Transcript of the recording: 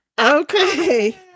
Okay